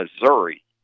Missouri